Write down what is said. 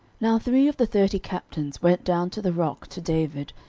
now three of the thirty captains went down to the rock to david,